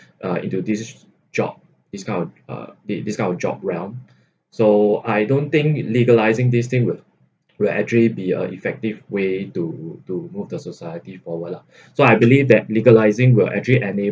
uh into this job this kind of uh the this kind of job realm so I don't think legalising this thing will actually be uh effective way to to move the society forward lah so I believe that legalising will actually